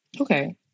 Okay